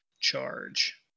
charge